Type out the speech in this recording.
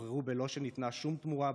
שוחררו בלא שניתנה שום תמורה בעדם,